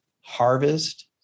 harvest